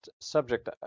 subject